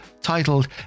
titled